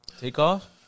takeoff